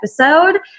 episode